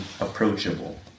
approachable